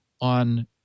on